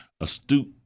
astute